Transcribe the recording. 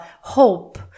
hope